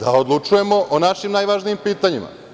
da odlučujemo o našim najvažnijim pitanjima?